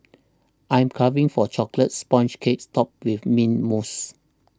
I'm carving for Chocolate Sponge Cake Topped with Mint Mousse